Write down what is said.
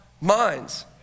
minds